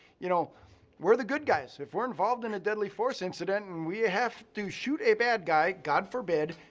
you know we're the good guys. if we're involved in a deadly force incident and we have to shoot a bad guy, god forbid,